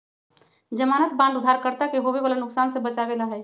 ज़मानत बांड उधारकर्ता के होवे वाला नुकसान से बचावे ला हई